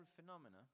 phenomena